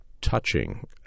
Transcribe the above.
touching